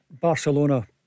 Barcelona